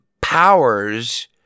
powers